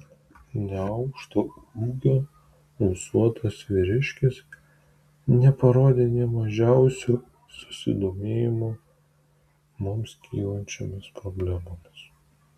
neaukšto ūgio ūsuotas vyriškis neparodė nė mažiausio susidomėjimo mums kylančiomis problemomis